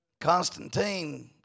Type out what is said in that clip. Constantine